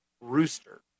rooster